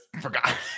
forgot